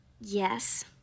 Yes